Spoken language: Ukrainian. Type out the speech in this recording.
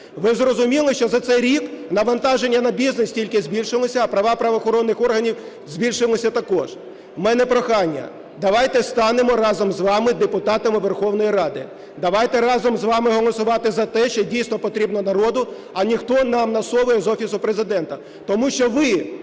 Ви зрозуміли, що за цей рік навантаження на бізнес тільки збільшилося, а права правоохоронних органів збільшилися також. В мене прохання: давайте станемо разом з вами депутатами Верховної Ради, давайте разом з вами голосувати за те, що дійсно потрібно народу, а не хто нам насовує з Офісу Президента. Тому що ви